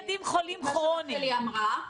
מה שרחלי אמרה,